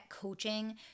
coaching